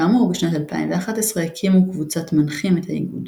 כאמור, בשנת 2011 הקימו קבוצת מנחים את האיגוד.